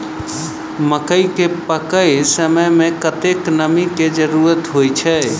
मकई केँ पकै समय मे कतेक नमी केँ जरूरत होइ छै?